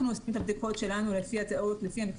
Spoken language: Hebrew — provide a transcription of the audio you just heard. אנחנו עושים את הבדיקות שלנו לפי המקצועיות